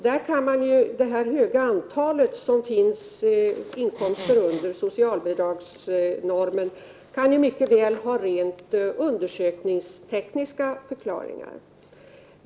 Det stora antalet inkomster som understiger socialbidragsnormen kan dock mycket väl ha rent undersökningstekniska förklaringar.